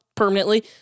Permanently